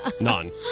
None